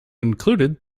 included